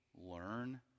learn